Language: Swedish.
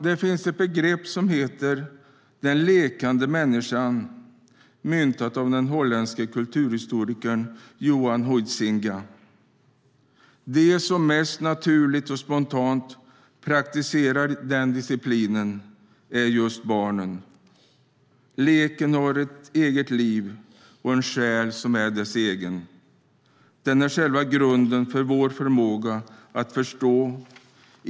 Det finns ett begrepp som heter den lekande människan. Det är myntat av den holländske kulturhistorikern Johan Huizinga. De som mest naturligt och spontant praktiserar den disciplinen är just barnen. Leken har ett eget liv och en själ som är dess egen. Den är själva grunden för vår förmåga att förstå.